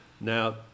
now